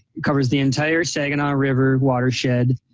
covers the entire saginaw river watershed